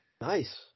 Nice